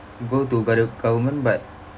go to gove~ government but